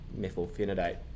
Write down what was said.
methylphenidate